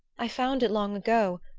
i found it long ago,